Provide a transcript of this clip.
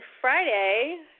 Friday